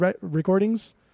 recordings